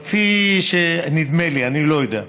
אבל כפי, נדמה לי, אני לא יודע,